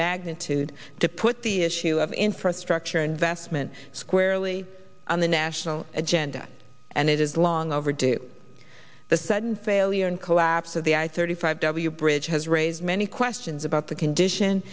magnitude to put the issue of infrastructure investment squarely on the national agenda and it is long overdue the sudden failure and collapse of the i thirty five w bridge has raised many questions about the condition